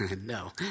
No